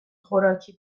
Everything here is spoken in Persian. خوراکی